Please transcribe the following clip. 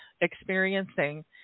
experiencing